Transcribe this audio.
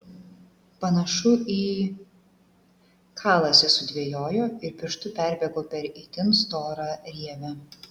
panašu į kalasi sudvejojo ir pirštu perbėgo per itin storą rievę